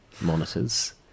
monitors